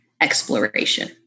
exploration